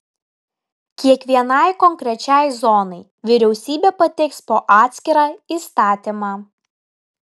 kiekvienai konkrečiai zonai vyriausybė pateiks po atskirą įstatymą